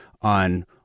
on